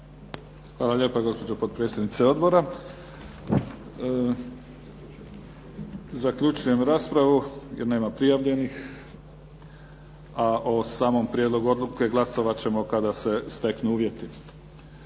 Hvala lijepo gospođo potpredsjednice odbora. Zaključujem raspravu jer nema prijavljenih, a o samom prijedlogu odluke glasovat ćemo kada se steknu uvjeti.